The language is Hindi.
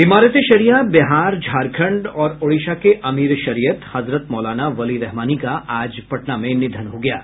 इमारत ए शरिया बिहार झारखंड और ओड़िशा के अमीर ए शरियत हजरत मौलाना वली रहमानी का आज पटना में निधन हो गया है